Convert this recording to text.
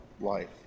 life